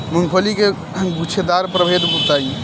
मूँगफली के गूछेदार प्रभेद बताई?